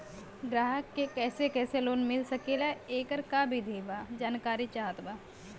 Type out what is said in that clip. ग्राहक के कैसे कैसे लोन मिल सकेला येकर का विधि बा जानकारी चाहत बा?